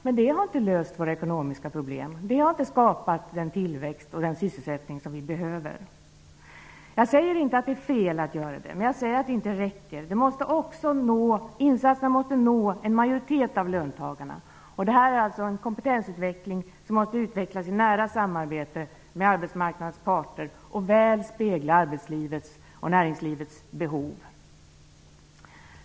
Men det har inte löst våra ekonomiska problem. Det har inte skapat den tillväxt och sysselsättning som vi behöver. Jag säger inte att det är fel att göra så, men jag säger att det inte räcker. Insatserna måste nå en majoritet bland löntagarna. Kompetensen måste utvecklas i nära samarbete med arbetsmarknadens parter och väl spegla arbetslivets och näringslivets behov.